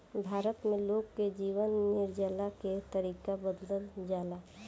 भारत में लोग के जीवन जियला के तरीका बदलल जाला